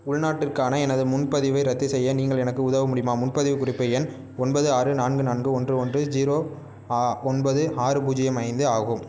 உள்நாட்டுக்கான எனது முன்பதிவை ரத்து செய்ய நீங்கள் எனக்கு உதவ முடியுமா முன்பதிவு குறிப்பு எண் ஒன்பது ஆறு நான்கு நான்கு ஒன்று ஒன்று ஜீரோ ஆ ஒன்பது ஆறு பூஜ்ஜியம் ஐந்து ஆகும்